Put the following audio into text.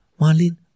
Marlene